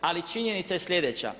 Ali činjenica je sljedeća.